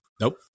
Nope